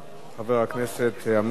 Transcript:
חבר הכנסת אמנון כהן,